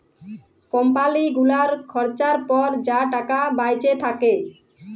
কম্পালি গুলালের খরচার পর যা টাকা বাঁইচে থ্যাকে